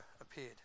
appeared